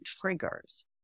triggers